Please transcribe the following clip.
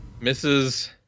Mrs